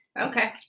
Okay